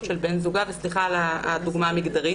של בן זוגה סליחה על הדוגמה המגדרית